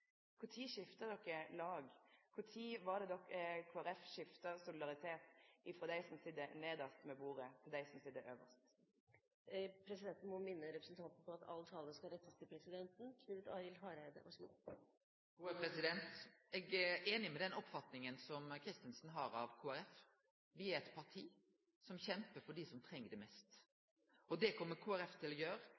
lag? Når gjekk Kristeleg Folkeparti over frå å vise solidaritet med dei som sit nedst ved bordet, til å vise solidaritet med dei som sit øvst? Presidenten vil gjøre representanten Christensen oppmerksom på at all tale skal rettes til presidenten. Eg er einig i den oppfatninga som representanten Christensen har av Kristeleg Folkeparti: Me er eit parti som kjempar for dei som treng det mest, og det kjem Kristeleg Folkeparti til å gjere